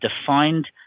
defined